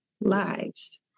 lives